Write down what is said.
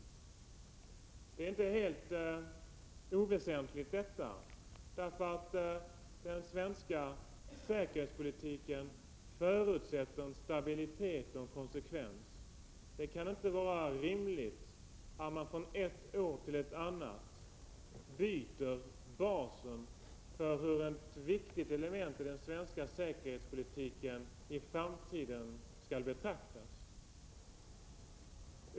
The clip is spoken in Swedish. Detta är inte helt oväsentligt. Den svenska säkerhetspolitiken förutsätter stabilitet och konsekvens. Det kan inte vara rimligt att man från ett år till ett annat byter basen för hur ett viktigt element i den svenska säkerhetspolitiken i framtiden skall betraktas.